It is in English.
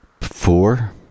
four